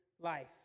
life